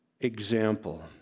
example